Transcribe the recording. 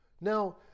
now